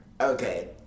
Okay